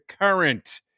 current